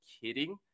kidding